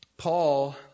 Paul